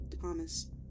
Thomas